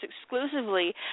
exclusively